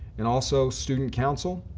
and also student council.